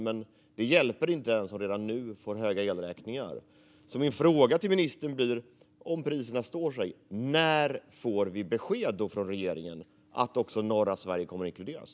Men det hjälper inte den som redan nu får höga elräkningar. Min fråga till ministern blir: Om priserna står sig, när får vi då besked från regeringen att också norra Sverige kommer att inkluderas?